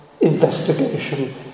investigation